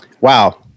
Wow